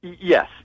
Yes